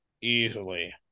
easily